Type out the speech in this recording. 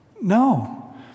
No